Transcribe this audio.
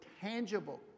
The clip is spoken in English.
tangible